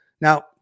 Now